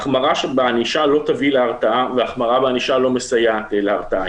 החמרה בענישה לא תביא להרתעה והחמרה בענישה לא מסייעת להרתעה.